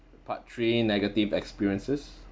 part three negative experiences